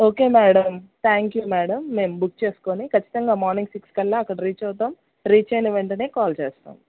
okay madam thank you madam మేము book చేసుకొని ఖచ్చితంగా మార్నింగ్ సిక్స్ కల్లా అక్కడికి రీచ్ అవుతాము రీచ్ అయిన వెంటనే కాల్ చేస్తాం